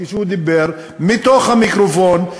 כשהוא דיבר מתוך המיקרופון,